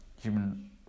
human